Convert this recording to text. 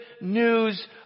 news